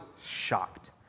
shocked